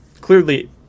clearly